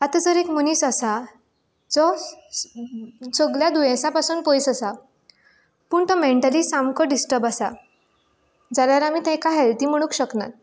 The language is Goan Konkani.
आतां जर एक मनीस आसा जो सगल्या दुयेसां पासून पयस आसा पूण तो मेंटली सामको डिस्टर्बड आसा जाल्यार आमी तेका हेल्दी म्हणूंक शकना